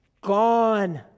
Gone